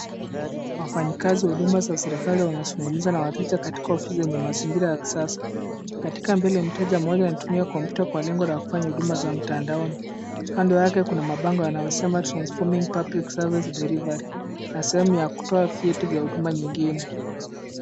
Wafanyikazi wa huduma za serikali wanazungumza na wateja katika ofisi zenye mazingira ya kisasa. Katika mbele mteja mmoja anatumia kompyuta kwa lengo la kufanya huduma za mtandaoni. Kando yake kuna mabango yanayosema transforming public service delivery na sehemu ya kutoa vyeti vya huduma nyingine.